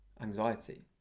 anxiety